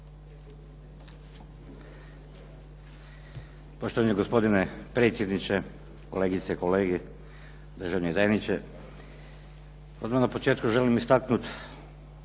Poštovani gospodine predsjedniče, kolegice i kolege, državni tajniče. Odmah na početku želim istaknut